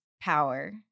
power